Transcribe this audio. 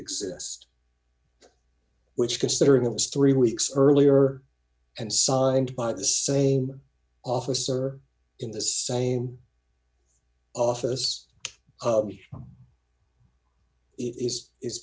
exist which considering it was three weeks earlier and signed by the same officer in the same office it is is